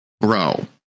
bro